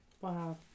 Wow